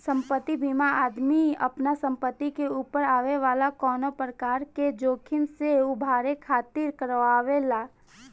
संपत्ति बीमा आदमी आपना संपत्ति के ऊपर आवे वाला कवनो प्रकार के जोखिम से उभरे खातिर करावेला